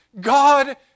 God